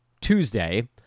Tuesday